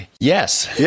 yes